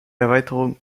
erweiterung